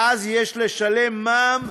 ואז יש לשלם מע"מ,